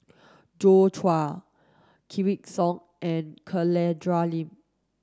Joi Chua Wykidd Song and Catherine Lim